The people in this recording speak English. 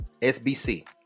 SBC